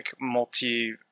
multi